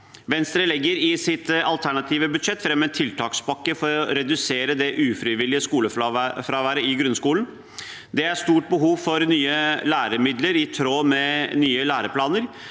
Venstre legger i sitt alternative budsjett fram en tiltakspakke for å redusere det ufrivillige skolefraværet i grunnskolen. Det er stort behov for nye læremidler, i tråd med nye læreplaner.